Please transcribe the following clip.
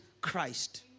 Christ